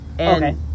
Okay